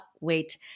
wait